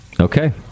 okay